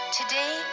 today